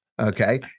Okay